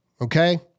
okay